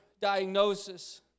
diagnosis